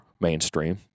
mainstream